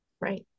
Right